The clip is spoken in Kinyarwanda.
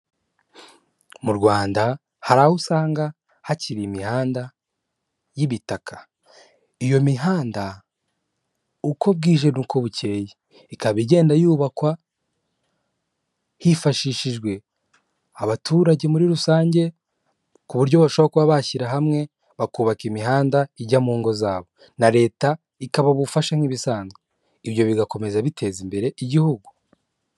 Mu Rwanda hari aho usanga hakiri imihanda y'ibitaka, iyo mihanda uko bwije n'uko bukeye ikaba igenda yubakwa hifashishijwe abaturage muri rusange ku buryo bashobora kuba bashyira hamwe bakubaka imihanda ijya mu ngo zabo na leta ikabafasha nk'ibisanzwe ibyo bigakomeza biteza imbere igihugu.